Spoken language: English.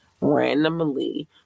randomly